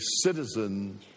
citizen